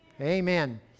Amen